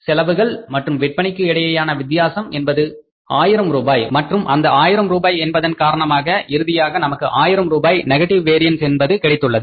செலவுகள் மற்றும் விற்பனைக்கு இடையேயான வித்தியாசம் என்பது ஆயிரம் ரூபாய் மற்றும் அந்த ஆயிரம் ரூபாய் என்பதன் காரணமாக இறுதியாக நமக்கு ஆயிரம் ரூபாய் நெகட்டிவ் வேரியன்ஸ் என்பது கிடைத்துள்ளது